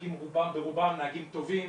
הנהגים ברובם נהגים טובים,